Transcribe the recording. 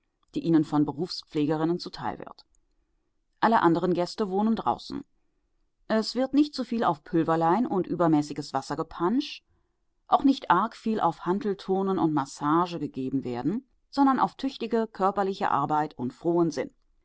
die ihnen von berufspflegerinnen zuteil wird alle anderen gäste wohnen draußen es wird nicht zuviel auf pülverlein und übermäßiges wassergepansch auch nicht arg viel auf hantelturnen und massage gegeben werden sondern auf tüchtige körperliche arbeit und frohen sinn